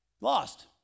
Lost